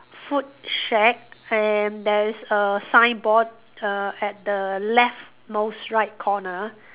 food shack and there is a signboard err at the left most right corner